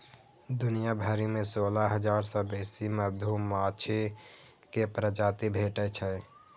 दुनिया भरि मे सोलह हजार सं बेसी मधुमाछी के प्रजाति भेटै छै